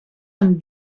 amb